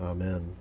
Amen